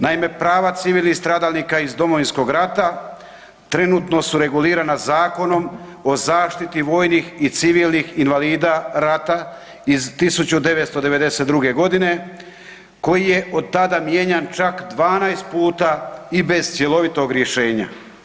Naime, prava civilnih stradalnika iz Domovinskog rata trenutno su regulirana Zakonom o zaštiti vojnih i civilnih invalida rata iz 1992. g. koji je od tada mijenjan čak 12 puta i bez cjelovitog rješenja.